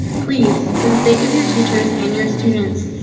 please, for the sake of your teachers and your students,